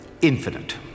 infinite